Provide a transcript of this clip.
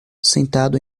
sentado